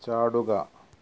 ചാടുക